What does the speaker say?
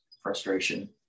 frustration